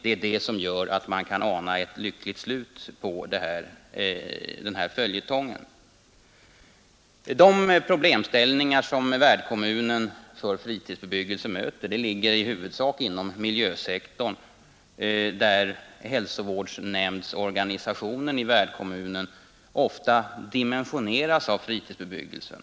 Det är det som gör att man kan ana ett lyckligt slut på den här följetongen. De problemställningar som värdkommunerna för fritidsbebyggelse möter ligger i huvudsak inom miljösektorn. Hälsovårdsnämndsorganisationen i värdkommunen dimensioneras oftast av fritidsbebyggelsen.